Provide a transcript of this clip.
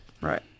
Right